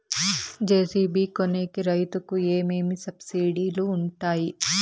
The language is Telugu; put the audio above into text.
జె.సి.బి కొనేకి రైతుకు ఏమేమి సబ్సిడి లు వుంటాయి?